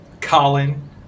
Colin